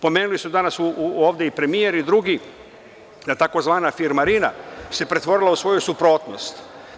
Pomenuli su danas ovde i premijer i drugi da tzv. firmarina se pretvorila u svoju suprotnost.